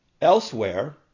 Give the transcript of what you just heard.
Elsewhere